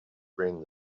friend